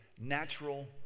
natural